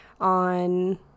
on